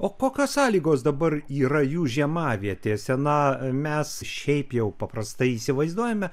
o kokios sąlygos dabar yra jų žiemavietėse na mes šiaip jau paprastai įsivaizduojame